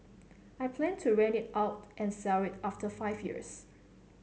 I plan to rent it out and sell it after five years